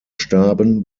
starben